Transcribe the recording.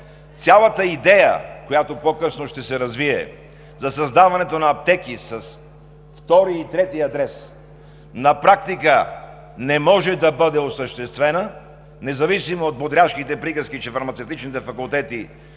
цялата идея, която по-късно ще се развие за създаването на аптеки с втори и трети адрес, на практика не може да бъде осъществена, независимо от бодряшките приказки, че фармацевтичните факултети